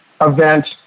event